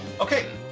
Okay